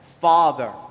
father